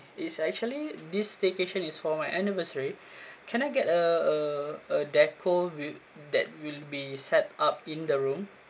it's actually this staycation is for my anniversary can I get a a a deco with that will be set up in the room